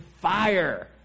fire